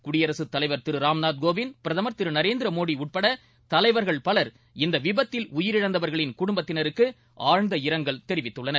குடியரசுத் தலைவர் திரு ராம் நாத் கோவிந்த் பிரதமர் திரு நரேந்திர மோதி உட்பட தலைவர்கள் பலர் இந்த விபத்தில் உயிரிழந்தவர்களின் குடும்பத்தினருக்கு ஆழ்ந்த இரங்கல் தெரிவித்துள்ளனர்